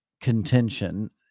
contention